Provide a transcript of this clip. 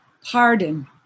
pardon